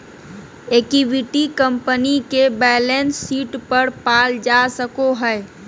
equity company के balance sheet पर पाल जा सको हइ